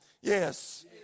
Yes